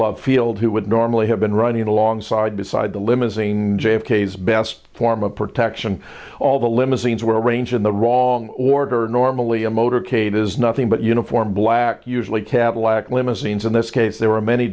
love field who would normally have been running alongside beside the limousine and j f k s best form of protection all the limousines were arranged in the wrong order normally a motorcade is nothing but uniform black usually cadillac limousines in this case there were many